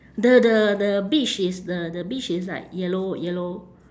the the the beach is the the beach is like yellow yellow